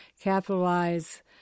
capitalize